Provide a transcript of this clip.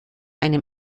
einem